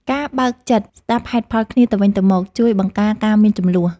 ការបើកចិត្តស្ដាប់ហេតុផលគ្នាទៅវិញទៅមក ជួយបង្ការការមានជម្លោះ។